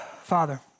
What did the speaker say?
Father